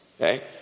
Okay